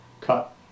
cut